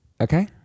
Okay